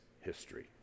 history